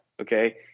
okay